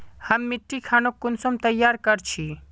हम मिट्टी खानोक कुंसम तैयार कर छी?